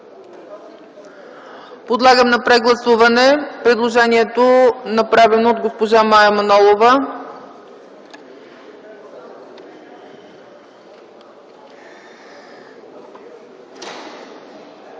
Подлагам на прегласуване предложението, направено от госпожа Мая Манолова.